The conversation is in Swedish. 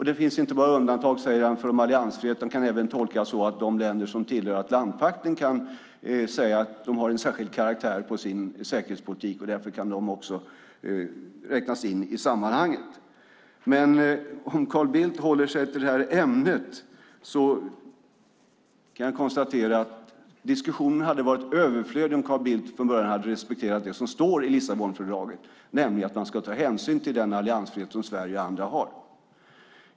Det finns inte bara undantag för de alliansfria, säger han, utan det kan även tolkas så att de länder som tillhör Atlantpakten har en särskild karaktär på sin säkerhetspolitik och därför också kan räknas in i sammanhanget. Om Carl Bildt håller sig till detta ämne kan jag dock konstatera att diskussionen hade varit överflödig om Carl Bildt från början hade respekterat det som står i Lissabonfördraget, nämligen att man ska ta hänsyn till den alliansfrihet som Sverige och andra har.